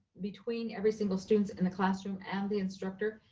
between every single student in the classroom and the instructor,